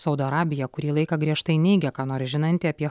saudo arabija kurį laiką griežtai neigė ką nors žinanti apie